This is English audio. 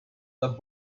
the